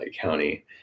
County